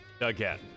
again